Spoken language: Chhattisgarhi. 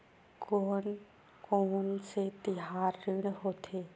कोन कौन से तिहार ऋण होथे?